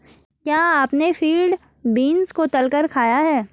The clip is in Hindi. क्या आपने फील्ड बीन्स को तलकर खाया है?